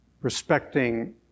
respecting